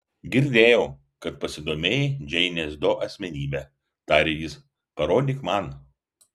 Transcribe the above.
girdėjau kad pasidomėjai džeinės do asmenybe tarė jis parodyk man